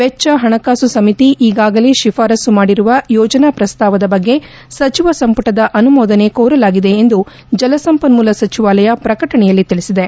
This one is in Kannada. ವೆಚ್ಲ ಹಣಕಾಸು ಸಮಿತಿ ಈಗಾಗಲೇ ತಿಫಾರಸು ಮಾಡಿರುವ ಯೋಜನಾ ಪ್ರಸ್ತಾವದ ಬಗ್ಗೆ ಸಚಿವ ಸಂಪುಟದ ಅನುಮೋದನೆ ಕೋರಲಾಗಿದೆ ಎಂದು ಜಲಸಂಪನ್ನೂಲ ಸಚಿವಾಲಯ ಪ್ರಕಟಣೆಯಲ್ಲಿ ತಿಳಿಸಿದೆ